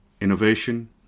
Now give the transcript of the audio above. Innovation